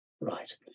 Right